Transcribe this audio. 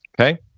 okay